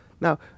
Now